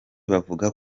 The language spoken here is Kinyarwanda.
bavuga